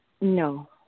No